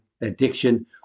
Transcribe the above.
addiction